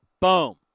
boom